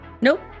nope